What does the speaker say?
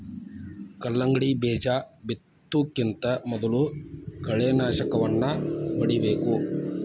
ಕಲ್ಲಂಗಡಿ ಬೇಜಾ ಬಿತ್ತುಕಿಂತ ಮೊದಲು ಕಳೆನಾಶಕವನ್ನಾ ಹೊಡಿಬೇಕ